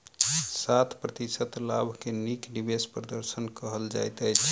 सात प्रतिशत लाभ के नीक निवेश प्रदर्शन कहल जाइत अछि